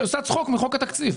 היא עושה צחוק מחוק התקציב.